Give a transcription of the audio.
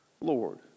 Lord